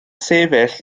sefyll